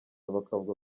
bakavuga